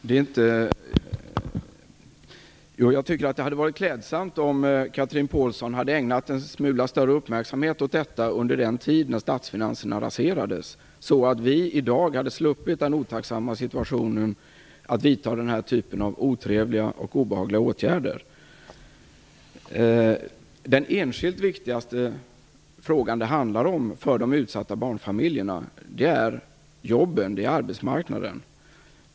Fru talman! Jag tycker att det hade varit klädsamt om Chatrine Pålsson hade ägnat en smula större uppmärksamhet åt detta under den tid när statsfinanserna raserades, så att vi i dag hade sluppit den otacksamma situationen att tvingas vidta den här typen av otrevliga och obehagliga åtgärder. Den enskilt viktigaste frågan för de utsatta barnfamiljerna är jobben på arbetsmarknaden.